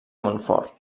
montfort